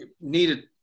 needed